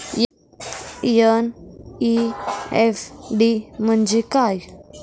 NEFT म्हणजे काय?